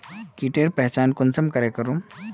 कीटेर पहचान कुंसम करे करूम?